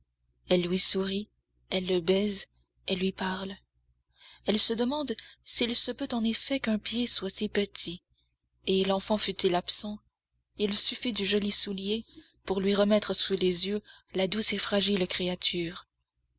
elle lui sourit elle le baise elle lui parle elle se demande s'il se peut en effet qu'un pied soit si petit et l'enfant fût-il absent il suffit du joli soulier pour lui remettre sous les yeux la douce et fragile créature